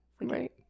Right